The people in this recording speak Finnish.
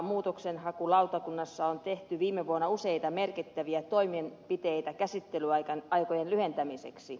muutoksenhakulautakunnassa on tehty viime vuonna useita merkittäviä toimenpiteitä käsittelyaikojen lyhentämiseksi